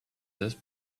this